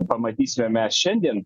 pamatysime mes šiandien